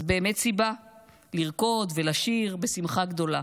זו באמת סיבה לרקוד ולשיר בשמחה גדולה.